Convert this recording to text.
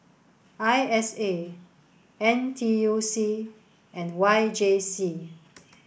I S A N T U C and Y J C